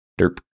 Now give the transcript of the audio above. Derp